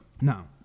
Now